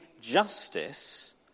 justice